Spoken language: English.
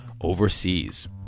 overseas